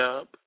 up